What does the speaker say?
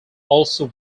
also